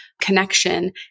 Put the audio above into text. connection